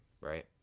right